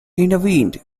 intervened